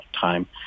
time